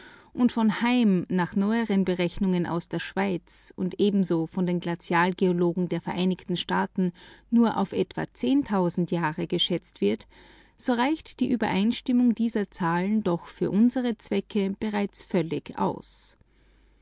und von heim nach neueren berechnungen aus der schweiz und ebenso von den glazialgeologen der vereinigten staaten nur auf etwa jahre geschätzt wird so reicht die übereinstimmung dieser zahlen doch für unsere zwecke bereits völlig aus